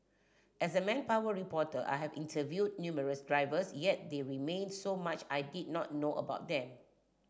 as a manpower reporter I have interviewed numerous drivers yet there remained so much I did not know about them